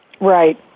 Right